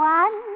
one